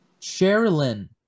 Sherilyn